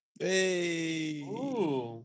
Hey